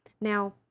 Now